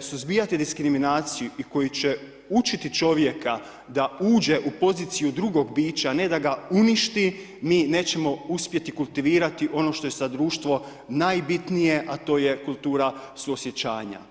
suzbijati diskriminaciju i koja će učiti čovjeka da uđe u poziciju drugog bića, ne da ga uništi, mi nećemo uspjeti kultivirati ono što je za društvo najbitnije a to je kultura suosjećanja.